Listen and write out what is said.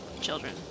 children